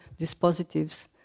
dispositives